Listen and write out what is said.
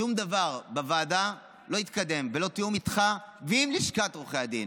שום דבר בוועדה לא יתקדם ללא תיאום איתך ועם לשכת עורכי הדין.